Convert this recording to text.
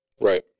Right